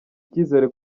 icyizere